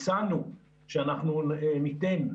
הצענו שאנחנו ניתן,